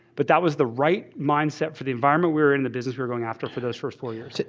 but that was the right mindset for the environment. we're in the business. we're going after for those first four years.